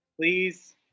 Please